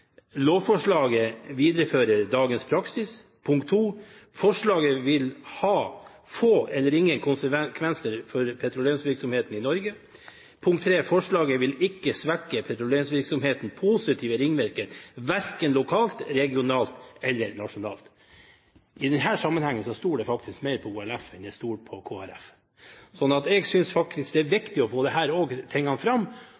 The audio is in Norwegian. Lovforslaget viderefører dagens praksis. 2. Forslaget vil ha få eller ingen konsekvenser for petroleumsvirksomheten i Norge. 3. Forslaget vil ikke svekke petroleumsvirksomhetens positive ringvirkninger, verken lokalt, regionalt eller nasjonalt. I denne sammenhengen stoler jeg faktisk mer på OLF enn jeg stoler på KrF. Jeg synes det er viktig å få disse tingene fram,